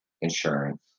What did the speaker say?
insurance